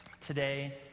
today